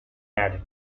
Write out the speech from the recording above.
added